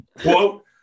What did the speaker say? Quote